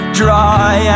dry